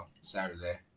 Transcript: Saturday